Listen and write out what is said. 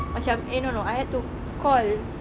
macam eh no no I had to call